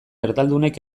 erdaldunek